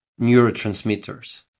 neurotransmitters